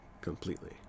completely